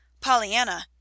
Pollyanna